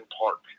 Park